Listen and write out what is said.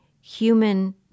human